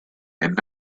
and